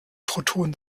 protonen